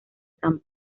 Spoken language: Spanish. san